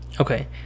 Okay